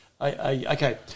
Okay